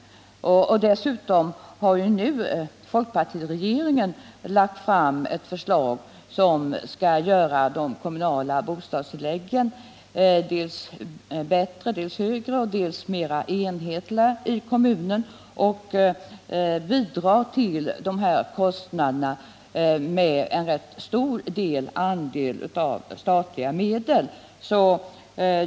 Dessutom har folkpartiregeringen nu lagt fram ett förslag som dels skall höja de kommunala bostadstilläggen, dels göra dem mer enhetliga. Statliga medel skall till ganska stor del täcka dessa kostnader.